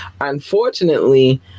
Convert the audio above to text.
Unfortunately